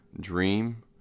Dream